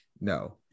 no